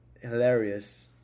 hilarious